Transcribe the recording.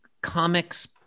comics